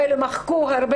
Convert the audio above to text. כאשר השנתיים האלה מחקו הרבה,